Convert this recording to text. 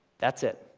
that's it.